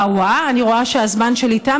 אני רואה שהזמן שלי תם,